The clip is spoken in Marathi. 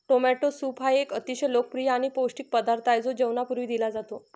टोमॅटो सूप हा एक अतिशय लोकप्रिय आणि पौष्टिक पदार्थ आहे जो जेवणापूर्वी दिला जातो